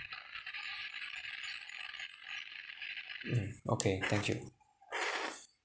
mm okay thank you